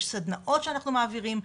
יש סדנאות שאנחנו מעבירים,